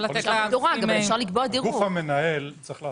הגוף המנהל צריך לעשות,